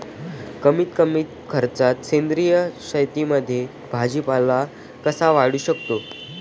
मी कमीत कमी खर्चात सेंद्रिय शेतीमध्ये भाजीपाला कसा वाढवू शकतो?